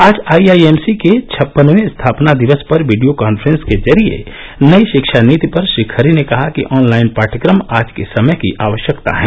आज आईआईएमसी के छप्पनवें स्थापना दिवस पर वीडियो कान्फ्रेंस के जरिये नई शिक्षा नीति पर श्री खरे ने कहा कि ऑनलाइन पाठ्यक्रम आज के समय की आवश्यकता है